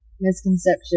misconception